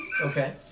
Okay